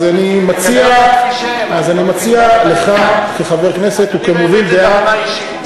אז אני מציע לך, כחבר כנסת וכמוביל דעה אישית.